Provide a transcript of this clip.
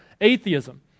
atheism